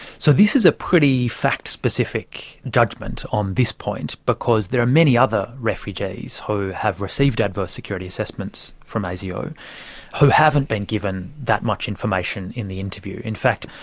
so this is a pretty fact-specific judgment on this point, because there are many other refugees who have received adverse security assessments from asio who haven't been given that much information in the interview. in fact,